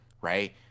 right